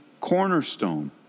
cornerstone